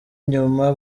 nyuma